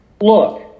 Look